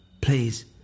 Please